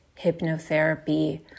hypnotherapy